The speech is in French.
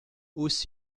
aussi